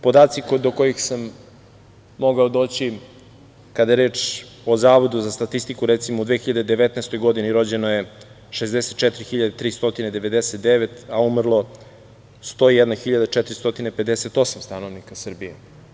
Podaci do kojih sam mogao doći, kada je reč o Zavodu za statistiku, recimo, u 2019. godini rođeno je 64.399, a umrlo 101.458 stanovnika Srbije.